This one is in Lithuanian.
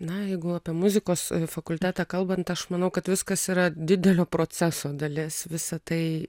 na jeigu apie muzikos fakultetą kalbant aš manau kad viskas yra didelio proceso dalis visa tai